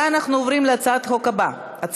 42 חברי כנסת בעד, תשעה מתנגדים, אין נמנעים.